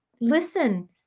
Listen